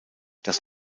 das